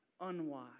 unwise